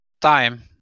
time